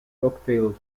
brookfield